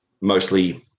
mostly